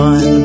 One